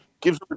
gives